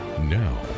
now